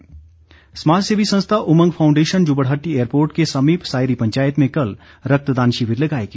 उमंग foundation समाजसेवी संस्था Umang foundation Jubbarhatti airport के समीप सायरी पंचायत में कल रक्तदान शिविर लगाएगी